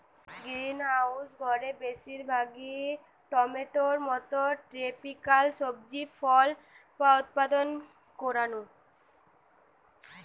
greenhouse ঘরে বেশিরভাগ টমেটোর মতো ট্রপিকাল সবজি ফল উৎপাদন করাঢু